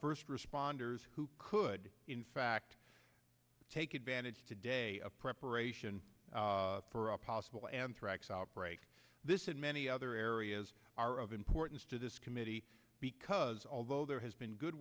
first responders who could in fact take advantage today of preparation for a possible anthrax outbreak this and many other areas are of importance to this committee because although there has been good